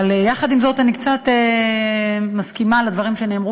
אבל עם זאת אני קצת מסכימה לדברים שנאמרו